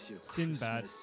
Sinbad